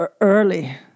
early